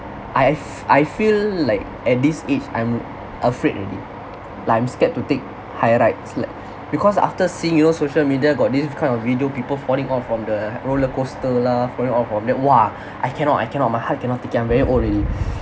I've I feel like at this age I'm afraid already like I'm scared to take higher rides like because after seeing you know social media got this kind of video people falling off from the roller coaster lah falling off from that !wah! I cannot I cannot my heart cannot take it I'm really old already